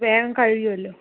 വേഗം കഴിയുവല്ലോ